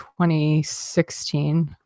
2016